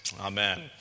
Amen